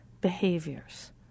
behaviors